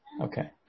Okay